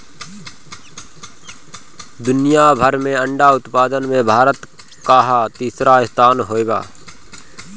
दुनिया भर में अंडा उत्पादन में भारत कअ तीसरा स्थान हअ